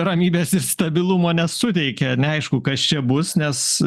ramybės ir stabilumo nesuteikia neaišku kas čia bus nes